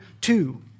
two